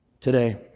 today